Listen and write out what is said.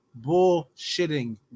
bullshitting